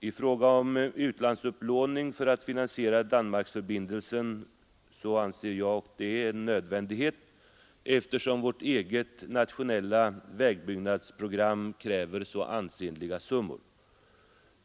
I fråga om utlandsupplåning för att finansiera Danmarksförbindelsen anser jag detta vara en nödvändighet, eftersom vårt eget nationella vägbyggnadsprogram kräver så ansenliga summor.